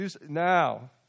Now